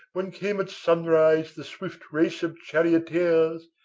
when came at sunrise the swift race of charioteers,